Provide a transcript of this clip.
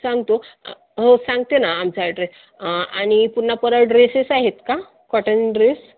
सांगतो हो सांगते ना आमचा ॲड्रेस आणि पुन्हा परत ड्रेसेस आहेत का कॉटन ड्रेस